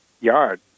yard